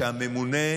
אז שהממונה,